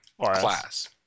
class